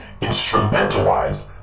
instrumentalized